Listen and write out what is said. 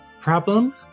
problem